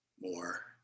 more